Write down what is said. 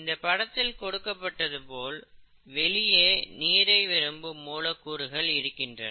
இந்தப் படத்தில் கொடுக்கப்பட்டது போல் வெளியே நீரை விரும்பும் மூலக்கூறுகள் இருக்கின்றன